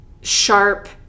sharp